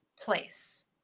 place